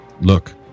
look